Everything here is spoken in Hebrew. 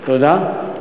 תודה.